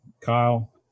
Kyle